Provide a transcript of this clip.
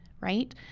right